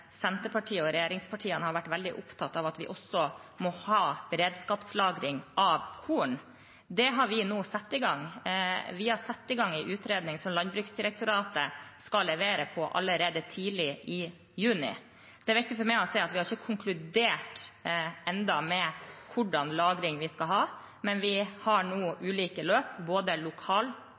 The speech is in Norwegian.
Senterpartiet og regjeringspartiene har vært veldig opptatt av at vi også må ha beredskapslagring av korn. Det har vi nå satt i gang. Vi har satt i gang en utredning som Landbruksdirektoratet skal levere allerede tidlig i juni. Det er viktig for meg å si at vi ikke har konkludert ennå med hvordan lagring vi skal ha, men vi har ulike løp – både